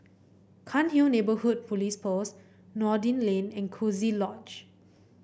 Cairnhill Neighbourhood Police Post Noordin Lane and Coziee Lodge